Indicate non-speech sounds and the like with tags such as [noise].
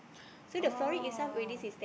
[noise] oh